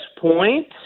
point –